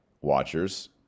watchers